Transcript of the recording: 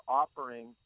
offering